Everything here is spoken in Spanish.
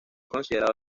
considerado